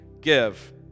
give